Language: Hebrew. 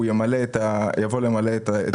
הוא יבוא למלא את התקן הזה.